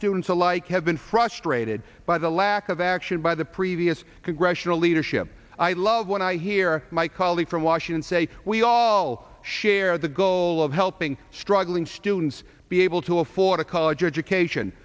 students alike have been frustrated by the lack of action by the previous congressional leadership i love when i hear my colleague from washington say we all share the goal of helping struggling students be able to afford a college education